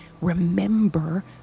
remember